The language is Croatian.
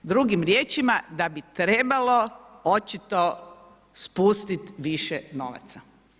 Drugim riječima da bi trebalo očito spustiti više novaca.